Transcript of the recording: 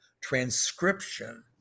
transcription